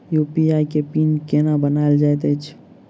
UPI केँ PIN केना बनायल जाइत अछि